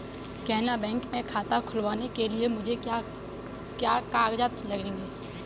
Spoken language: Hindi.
केनरा बैंक में खाता खुलवाने के लिए मुझे क्या क्या कागजात लगेंगे?